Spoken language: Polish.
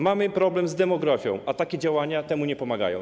Mamy problem z demografią, a takie działania temu nie pomagają.